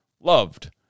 loved